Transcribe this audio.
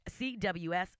CWS